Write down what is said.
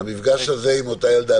אבל המפגש הזה עם אותה ילדה,